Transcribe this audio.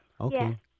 Okay